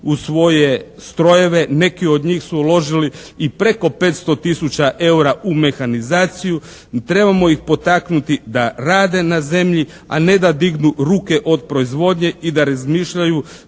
u svoje strojeve. Neki od njih su uložili i preko 500 tisuća eura u mehanizaciju. Trebamo ih potaknuti da rade na zemlji a ne da dignu ruke od proizvodnje i da razmišljaju